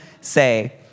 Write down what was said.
Say